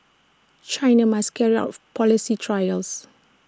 China must carry out policy trials